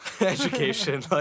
education